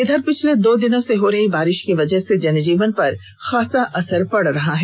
इधर पिछले दो दिनों से हो रही बारिश की वजह से जनजीवन पर खासा असर पड़ रहा है